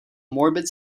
morbid